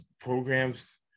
programs